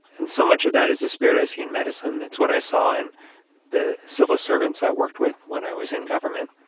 and so much of that is a spirit i see in medicine. it's what i saw in the civil servants i worked with when i was in government.